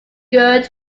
good